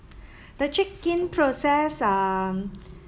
the check in process um